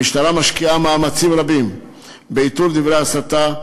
המשטרה משקיעה מאמצים רבים באיתור דברי הסתה,